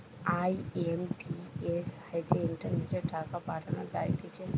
IMPS সাহায্যে ইন্টারনেটে টাকা পাঠানো যাইতেছে